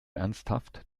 ernsthaft